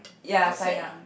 ya sayang